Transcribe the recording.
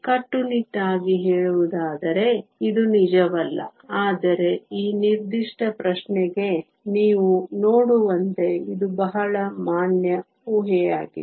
ಕಟ್ಟುನಿಟ್ಟಾಗಿ ಹೇಳುವುದಾದರೆ ಇದು ನಿಜವಲ್ಲ ಆದರೆ ಈ ನಿರ್ದಿಷ್ಟ ಪ್ರಶ್ನೆಗೆ ನೀವು ನೋಡುವಂತೆ ಇದು ಬಹಳ ಮಾನ್ಯ ಊಹೆಯಾಗಿದೆ